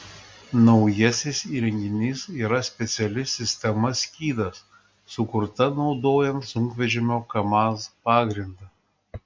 naujasis įrenginys yra speciali sistema skydas sukurta naudojant sunkvežimio kamaz pagrindą